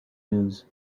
news